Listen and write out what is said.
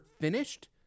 finished